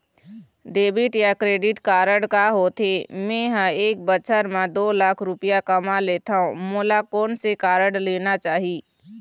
Debit या credit card का होथे, मे ह एक बछर म दो लाख रुपया कमा लेथव मोला कोन से कारड लेना चाही?